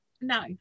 no